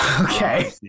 Okay